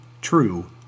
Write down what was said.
true